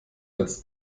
als